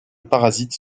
parasite